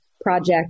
Project